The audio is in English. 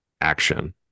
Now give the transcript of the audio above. action